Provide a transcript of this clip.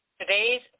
Today's